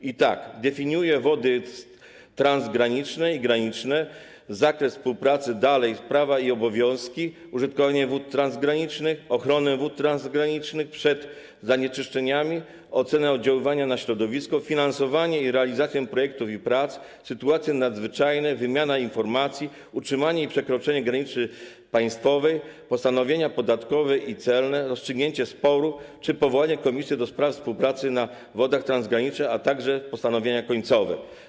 I tak definiuje ono wody transgraniczne i graniczne, obejmuje zakres współpracy, dalej, prawa i obowiązki, użytkowanie wód transgranicznych, ochronę wód transgranicznych przed zanieczyszczeniami, ocenę oddziaływania na środowisko, finansowanie i realizację projektów i prac, sytuacje nadzwyczajne, wymianę informacji, sprawy utrzymania i przekroczenia granicy państwowej, postanowienia podatkowe i celne, sposób rozstrzygnięcia sporu czy powołanie komisji do spraw współpracy na wodach transgranicznych, a także postanowienia końcowe.